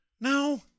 No